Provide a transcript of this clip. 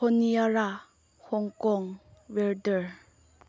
ꯍꯣꯅꯤꯌꯥꯔꯥ ꯍꯣꯡ ꯀꯣꯡ